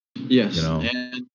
yes